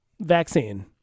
vaccine